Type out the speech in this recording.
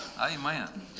Amen